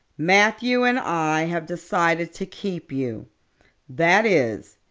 matthew and i have decided to keep you that is,